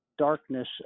Darkness